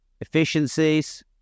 efficiencies